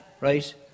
right